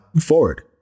forward